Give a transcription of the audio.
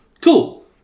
cool